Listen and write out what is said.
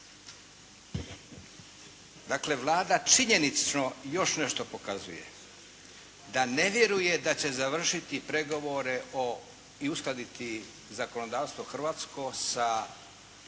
Dakle Vlada činjenično još nešto pokazuje, da ne vjeruje da će završiti pregovore i uskladiti zakonodavstvo hrvatsko sa